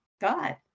God